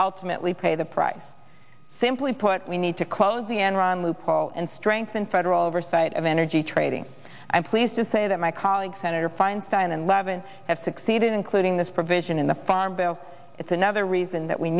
ultimately pay the price simply put we need to close the enron loophole and strengthen federal oversight of energy trading i'm pleased to say that my colleague senator feinstein and levin have succeeded including this provision in the farm bill it's another reason that we